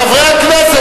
חברי הכנסת,